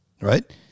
right